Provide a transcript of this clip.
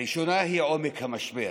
הראשונה היא עומק המשבר,